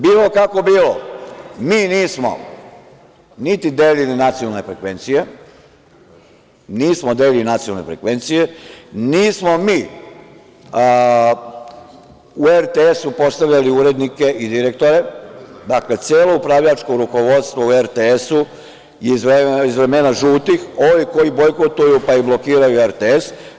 Bilo kako bilo, mi nismo niti delili nacionalne frekvencije, nismo delili nacionalne frekvencije, nismo mi u RTS-u postavljali urednike i direktore, dakle celo upravljačko rukovodstvo u RTS-u, iz vremena žutih, ovi koji bojkotuju pa im blokiraju RTS.